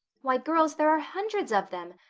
why, girls, there are hundreds of them.